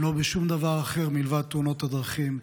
לא בשום דבר אחר מלבד תאונות הדרכים.